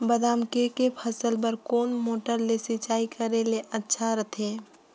बादाम के के फसल बार कोन मोटर ले सिंचाई करे ले अच्छा रथे?